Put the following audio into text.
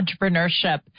entrepreneurship